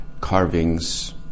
carvings